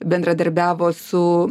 bendradarbiavo su